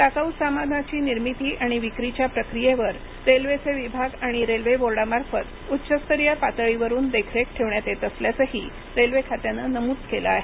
टाकाऊ सामानाची निर्मिती आणि विक्रीच्या प्रक्रियेवर रेल्वेचे विभाग आणि रेल्वे बोर्डामार्फत उच्चस्तरीय पातळीवरून देखरेख ठेवण्यात येत असल्याचंही रेल्वेखात्यानं नमूद केलं आहे